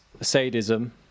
sadism